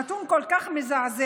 הנתון כל כך מזעזע,